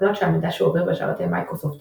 הוחלט שהמידע שעובר בשרתי מיקרוסופט,